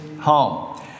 home